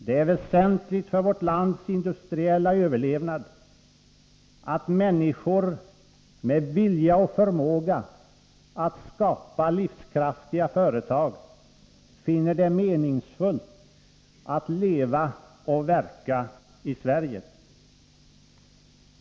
Det är väsentligt för vårt lands industriella överlevnad att människor med vilja och förmåga att skapa livskraftiga företag finner det meningsfullt att leva och verka i Sverige.